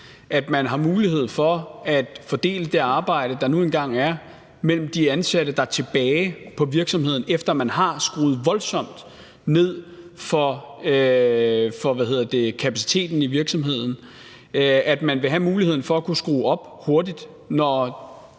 at man har mulighed for at fordele det arbejde, der nu engang er, mellem de ansatte, der er tilbage i virksomheden, efter man har skruet voldsomt ned for kapaciteten i virksomheden; at man vil have muligheden for at kunne skrue op hurtigt i